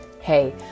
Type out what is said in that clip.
Hey